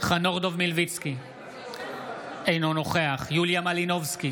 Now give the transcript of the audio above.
חנוך דב מלביצקי, אינו נוכח יוליה מלינובסקי,